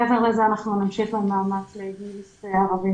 מעבר לזה, אנחנו נמשיך במאמץ בכל מיני